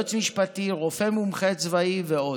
יועץ משפטי, רופא צבאי מומחה ועוד.